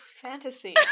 fantasy